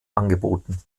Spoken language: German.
angeboten